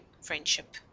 friendship